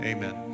Amen